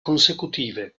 consecutive